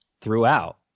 throughout